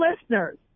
listeners